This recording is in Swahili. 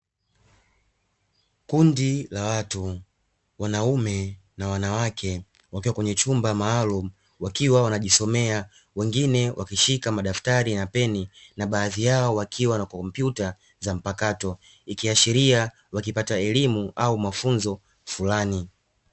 Kundi la watu wanaume na wanawake wakiwa kwenye chumba maalum, wakiwa wanajisomea wengine wakishika madaftari na peni, na baadhi yao wakiwa na kompyuta za mpakato, ikiashiria wakipata elimu au mafunzo fulani.